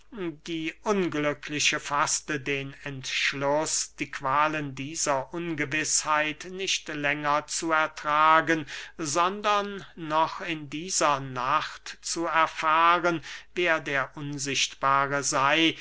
die unglückliche faßte den entschluß die qualen dieser ungewißheit nicht länger zu ertragen sondern noch in dieser nacht zu erfahren wer der unsichtbare sey